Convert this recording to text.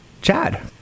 Chad